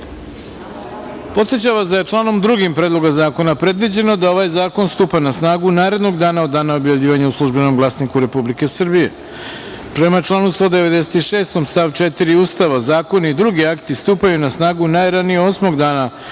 vas da je članom 2. Predloga zakona predviđeno da ovaj zakon stupa na snagu narednog dana od dana objavljivanja u „Službenom glasniku Republike Srbije“.Prema članu 196. stav 4. Ustava zakoni i drugi akti stupaju na snagu najranije osmog dana